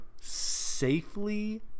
safely